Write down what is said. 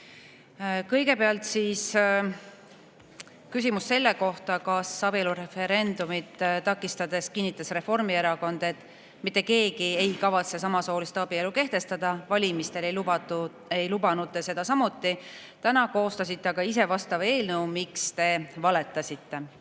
Kõigepealt [esimene] küsimus: "Abielureferendumit takistades kinnitas Reformierakond, et mitte keegi ei kavatsegi samasooliste abielu kehtestada. Valimistel ei lubanud te seda samuti. Täna koostasite aga ise vastava eelnõu. Miks te valetasite?"